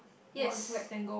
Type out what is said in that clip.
yes